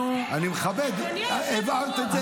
אני מכבד, הבהרת את זה.